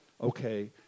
Okay